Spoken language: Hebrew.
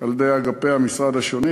על-ידי אגפי המשרד השונים.